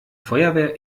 feuerwehr